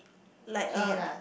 like a